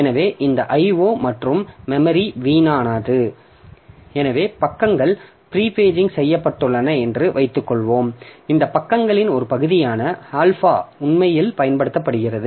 எனவே இந்த IO மற்றும் மெமரி வீணானது எனவே பக்கங்கள் பிரீ பேஜ் செய்யப்பட்டுள்ளன என்று வைத்துக்கொள்வோம் இந்த பக்கங்களின் ஒரு பகுதியான ஆல்பா உண்மையில் பயன்படுத்தப்படுகிறது